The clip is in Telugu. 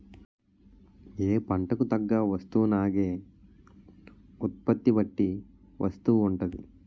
ఏ పంటకు తగ్గ వస్తువునాగే ఉత్పత్తి బట్టి వస్తువు ఉంటాది